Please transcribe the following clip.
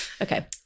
Okay